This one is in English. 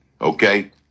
okay